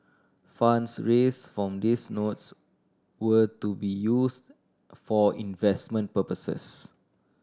funds raise form these notes were to be use for investment purposes